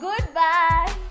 Goodbye